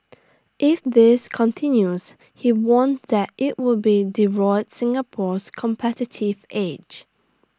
if this continues he warned that IT would be divot Singapore's competitive edge